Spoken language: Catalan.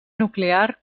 nuclear